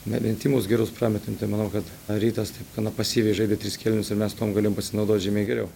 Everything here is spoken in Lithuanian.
na metimus gerus prametėm tai manau kad rytas taip gana pasyviai žaidė tris kėlinius ir mes tuom galėjom pasinaudot žymiai geriau